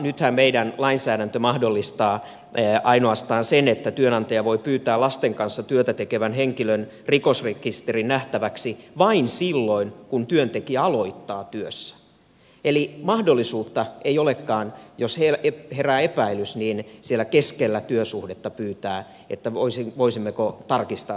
nythän meidän lainsäädäntömme mahdollistaa ainoastaan sen että työnantaja voi pyytää lasten kanssa työtä tekevän henkilön rikosrekisterin nähtäväksi vain silloin kun työntekijä aloittaa työssä eli mahdollisuutta ei olekaan jos herää epäilys keskellä työsuhdetta pyytää voisimmeko tarkistaa tämän tilanteen